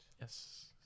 Yes